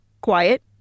quiet